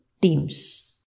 teams